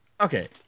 Okay